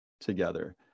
together